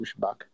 pushback